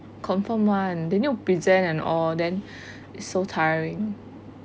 confirm [one] they need to present and all then it's so tiring